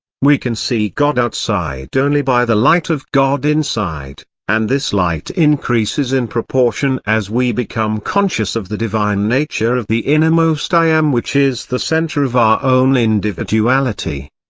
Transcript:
we can see god outside only by the light of god inside and this light increases in proportion as we become conscious of the divine nature of the innermost i am which is the centre of our own individuality.